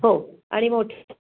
हो आणि मो